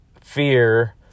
fear